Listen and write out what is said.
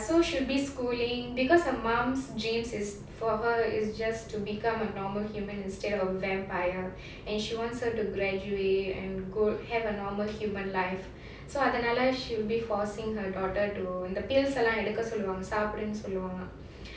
so she'll be schooling because her mum's dreams is for her is just to become a normal human instead of a vampire and she wants her to graduate and go have a normal human life so அதனால:adhanaala she'll be for seeing her daughter to இந்த:indha pills லாம் எடுக்க சொல்லுவாங்க சாப்பிடுன்னு சொல்லுவாங்க:laam eduka solluvaanga saappidunnu solluvaanga